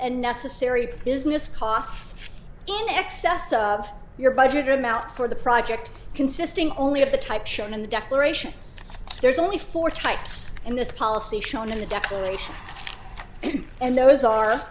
and necessary business costs in excess of your budget amount for the project consisting only of the type shown in the declaration there's only four types in this policy shown in the declaration and those are